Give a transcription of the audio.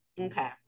Okay